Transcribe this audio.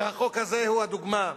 והחוק הזה הוא הדוגמה.